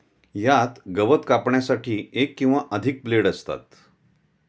यात गवत कापण्यासाठी एक किंवा अधिक ब्लेड असतात